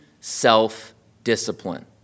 Self-Discipline